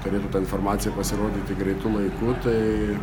turėtų ta informacija pasirodyti greitu laiku tai